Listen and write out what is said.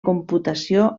computació